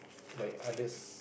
like others